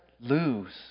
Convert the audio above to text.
lose